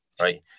right